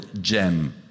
gem